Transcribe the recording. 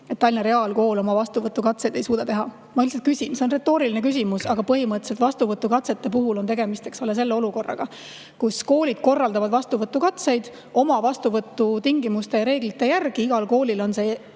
et Tallinna Reaalkool oma vastuvõtukatseid ei suuda teha? Ma lihtsalt küsin, see on retooriline küsimus. Aga põhimõtteliselt vastuvõtukatsete puhul on tegemist, eks ole, olukorraga, kus koolid korraldavad neid katseid oma vastuvõtutingimuste ja reeglite järgi. Igal koolil on